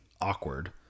awkward